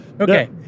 Okay